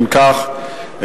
אם כך,